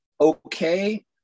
okay